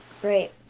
great